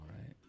right